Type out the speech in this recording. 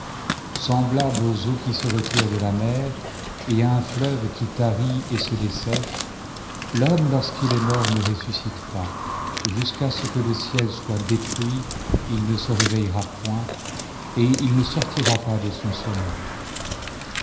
semblable aux eaux qui se retirent de la mer et à un fleuve qui tarit et se dessèche l'homme lorsqu'il est mort ne ressuscite pas jusqu'à ce que le ciel soit détruit il ne se réveillera point et il ne sortira pas de son sommeil